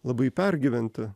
labai pergyventi